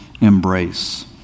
embrace